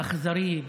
האכזרי,